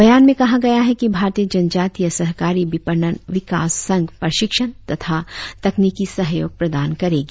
बयान में कहा गया है कि भारतीय जनजातीय सहकारी विपणन विकास संघ प्रशिक्षण तथा तकनीकी सहयोग प्रदान करेगा